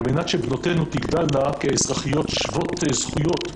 על מנת שבנותינו תגדלנה כאזרחיות שוות זכויות,